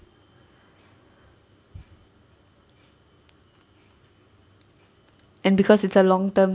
and because it's a long term